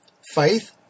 Faith